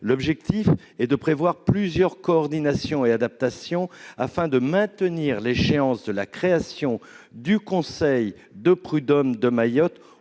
L'objectif est de prévoir plusieurs coordinations et adaptations afin de maintenir l'échéance de la création du conseil de prud'hommes de Mayotte